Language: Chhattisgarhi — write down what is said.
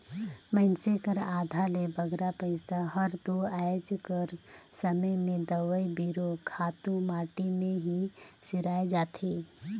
मइनसे कर आधा ले बगरा पइसा हर दो आएज कर समे में दवई बीरो, खातू माटी में ही सिराए जाथे